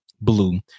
blue